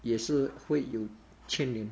也是会有牵连